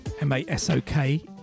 m-a-s-o-k